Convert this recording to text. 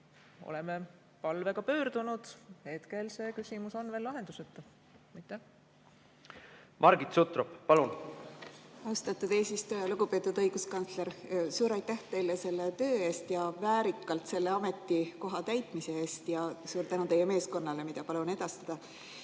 Oleme palvega pöördunud, hetkel on see küsimus aga veel lahenduseta. Margit Sutrop, palun! Margit Sutrop, palun! Austatud eesistuja! Lugupeetud õiguskantsler! Suur aitäh teile selle töö eest ja väärikalt selle ametikoha täitmise eest! Ja suur tänu teie meeskonnale, palun edastada!